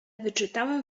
wyczytałem